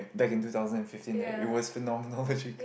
back in two thousand and fifteen that it was phenomenal logic~